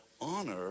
honor